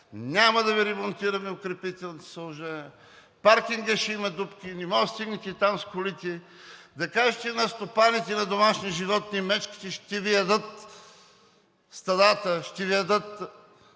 няма да Ви ремонтираме укрепителните съоръжения, паркингът ще има дупки, не можете да стигнете там с колите. Да кажете на стопаните на домашни животни – мечките ще Ви ядат стадата, ще Ви ядат